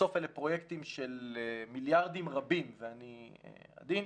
בסוף אלה פרויקטים של מיליארדים רבים ואני עדין,